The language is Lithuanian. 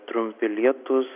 trumpi lietūs